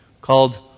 called